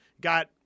got